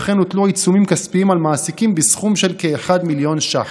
וכן הוטלו עיצומים כספיים על מעסיקים בסכום של כמיליון שקלים.